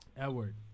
Edward